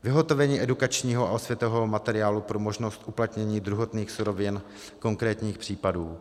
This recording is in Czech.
Vyhotovení edukačního a osvětového materiálu pro možnost uplatnění druhotných surovin konkrétních případů.